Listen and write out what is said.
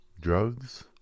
drugs